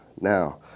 Now